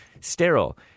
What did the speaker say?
sterile